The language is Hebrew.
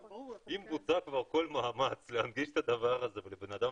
אם בוצע כל מאמץ להנגיש את הדבר הזה ולבן אדם